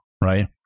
right